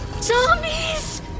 Zombies